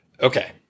okay